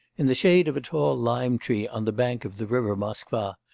in the shade of a tall lime-tree on the bank of the river moskva,